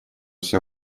все